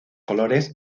colores